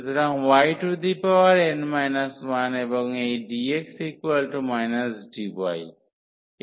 সুতরাং yn 1 এবং এই dx dy